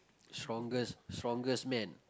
strongest strongest man